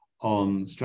on